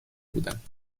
بودند